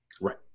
right